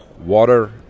Water